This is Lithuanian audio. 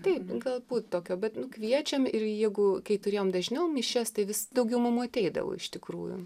taip galbūt tokio bet kviečiam ir jeigu kai turėjom dažniau mišias tai vis daugiau mamų ateidavo iš tikrųjų